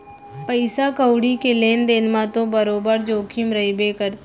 पइसा कउड़ी के लेन देन म तो बरोबर जोखिम रइबे करथे